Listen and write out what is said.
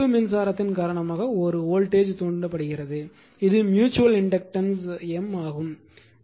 இந்த I2 மின்சாரத்தின் காரணமாக ஒரு வோல்டேஜ் தூண்டப்படுகிறது இது ம்யூச்சுவல் இண்டக்டன்ஸ் எம் ஆகும்